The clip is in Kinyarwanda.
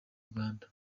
uganda